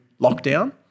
lockdown